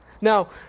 now